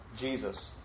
Jesus